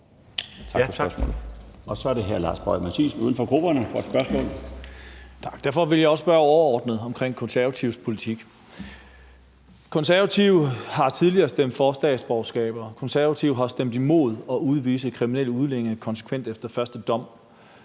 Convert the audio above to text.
Tak. Så er det hr. Lars Boje Mathiesen, uden for grupperne, for et spørgsmål. Kl. 12:03 Lars Boje Mathiesen (UFG): Derfor vil jeg også spørge overordnet om Konservatives politik. Konservative har tidligere stemt for statsborgerskaber, og Konservative har stemt imod at udvise kriminelle udlændinge konsekvent efter første dom.